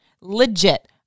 Legit